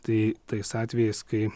tai tais atvejais kai